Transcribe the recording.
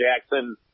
Jackson